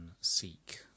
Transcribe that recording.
seek